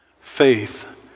Faith